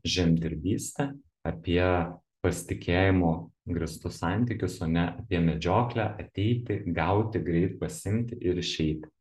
žemdirbystė apie pasitikėjimu grįstus santykius o ne apie medžioklę ateiti gauti greit pasiimti ir išeiti